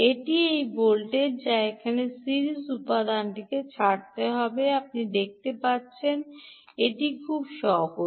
এটি সেই ভোল্টেজ যা এখানে সিরিজ উপাদানটি ছাড়তে হবে আপনি দেখতে পাচ্ছেন এটি খুব সহজ